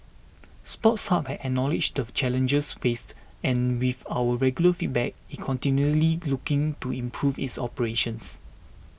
Sports Hub has acknowledged the challenges faced and with our regular feedback it continuously looking to improve its operations